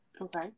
Okay